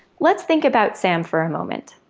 let's think about sam for a moment.